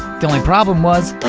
the only problem was,